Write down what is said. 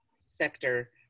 sector—